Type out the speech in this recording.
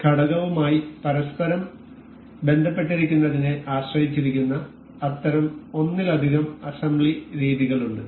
ഘടകവുമായി പരസ്പരം ബന്ധപ്പെട്ടിരിക്കുന്നതിനെ ആശ്രയിച്ചിരിക്കുന്ന അത്തരം ഒന്നിലധികം അസംബ്ലി രീതികളുണ്ട്